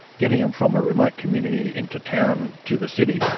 getting them from a remote community into town, to the city,